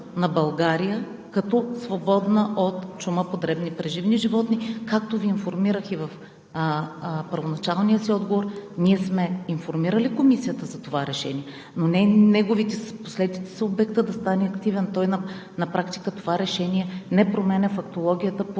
на България като „свободна от чума по дребни преживни животни“, както Ви информирах и в първоначалния си отговор. Ние сме информирали Комисията за това решение, но неговите последици са обектът да стане „активен“. На практика това решение не променя фактологията